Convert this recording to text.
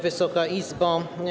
Wysoka Izbo!